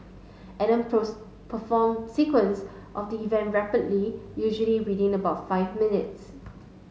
Adam perform sequence of the events rapidly usually within about five minutes